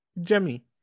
Jemmy